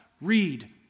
read